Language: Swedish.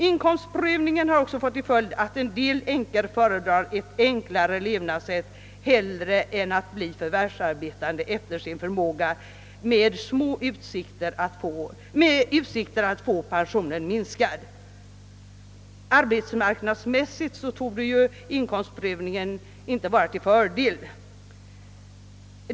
Inkomstprövningen har också fått till följd att en del änkor hellre väljer ett enklare levnadssätt än att bli förvärvsarbetande efter sin förmåga, med risk att få pensionen minskad. Arbetsmarknadsmässigt torde inkomstprövningen inte vara till fördel.